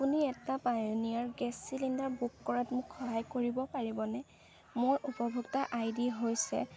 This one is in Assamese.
আপুনি এটা পায়োনিয়েৰ গেছ চিলিণ্ডাৰ বুক কৰাত মোক সহায় কৰিব পাৰিবনে মোৰ উপভোক্তা আই ডি হৈছে